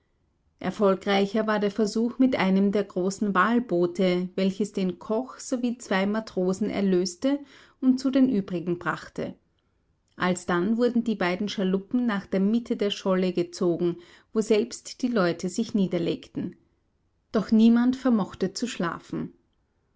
erfolgreicher war der versuch mit einem der großen walboote welches den koch sowie zwei matrosen erlöste und zu den übrigen brachte alsdann wurden die beiden schaluppen nach der mitte der scholle gezogen woselbst die leute sich niederlegten doch niemand vermochte zu schlafen